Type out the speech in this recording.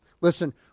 Listen